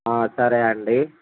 సరే అండి